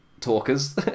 talkers